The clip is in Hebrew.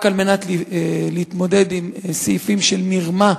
רק על מנת להתמודד עם סעיפים של מרמה,